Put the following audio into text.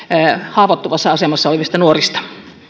haavoittuvassa asemassa olevista nuorista